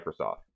microsoft